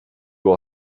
will